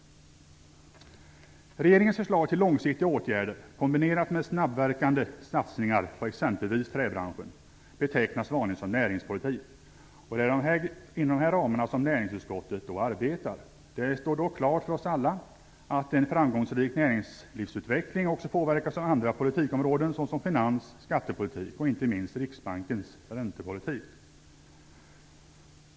Regeringens förslag till långsiktiga åtgärder kombinerat med snabbverkande satsningar på exempelvis träbranschen betecknas vanligen som näringspolitik. Det är inom dessa ramar som näringsutskottet arbetar. Det står dock klart för oss alla att en framgångsrik näringslivsutveckling också påverkas av andra politikområden såsom finans och skattepolitik och inte minst Riksbankens räntepolitik.